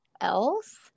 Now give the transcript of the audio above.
else